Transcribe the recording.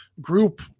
group